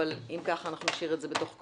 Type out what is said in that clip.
אבל אם כך נשאיר את זה בתוך חודש.